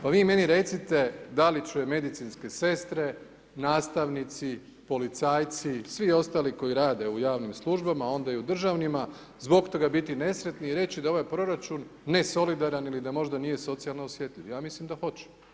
Pa vi meni recite da li će medicinske sestre, nastavnici, policajci, svi ostali koji rade u javnim službama, a onda i u državnima zbog toga biti nesretni i reći da je ovaj proračun nesolidaran ili da možda nije socijalno osjetljiv, ja mislim da hoće.